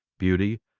beauty,